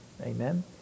Amen